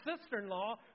sister-in-law